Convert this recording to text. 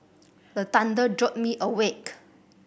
the thunder jolt me awake